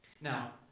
Now